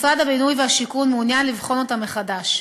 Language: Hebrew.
ומשרד הבינוי והשיכון מעוניין לבחון אותם מחדש.